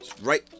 right